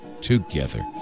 together